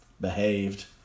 behaved